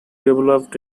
developed